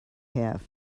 have